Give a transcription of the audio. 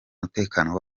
mutekano